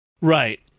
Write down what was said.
Right